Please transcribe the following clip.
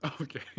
Okay